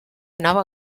anava